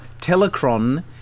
Telecron